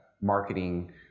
marketing